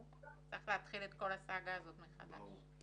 צריך להתחיל את כל הסאגה הזו מחדש.